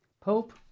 Pope